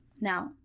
Now